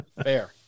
Fair